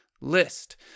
list